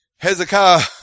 Hezekiah